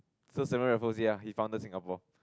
so Stanford Raffles ya he founded Singapore